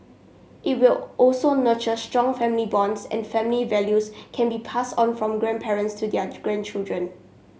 it will also nurture strong family bonds and family values can be passed on from grandparents to their grandchildren